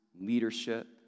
leadership